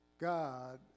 God